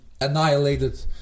annihilated